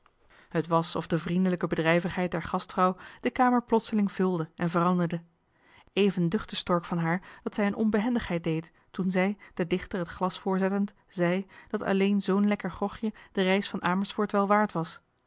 het was of de vriendelijke bedrijvigheid der gastvrouw de kamer plotseling vulde en veranderde even duchtte stork van haar dat zij een onbehendigheid deed toen zij den dichter het glas voorzettend zei dat alleen zoo'n lekker grogje de reis van amersfoort wel waard was